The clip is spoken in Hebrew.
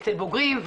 אצל בוגרים,